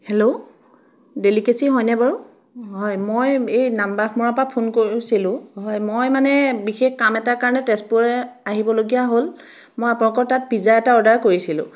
hello ডেলিকেছি হয়নে বাৰু হয় মই এই নামবাঘমৰাৰ পৰা ফোন কৰিছিলোঁ হয় মই মানে বিশেষ কাম এটাৰ কাৰণে তেজপুৰলৈ আহিব লগীয়া হ'ল মই আপোনালোকৰ তাত পিজা এটা অৰ্ডাৰ কৰিছিলোঁ